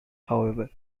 however